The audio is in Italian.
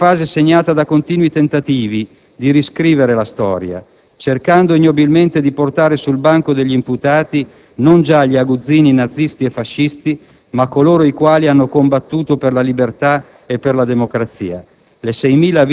Viviamo una fase segnata da continui tentativi di riscrivere la storia, cercando ignobilmente di portare sul banco degli imputati non già gli aguzzini nazisti e fascisti ma coloro i quali hanno combattuto per la libertà e per la democrazia.